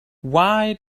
why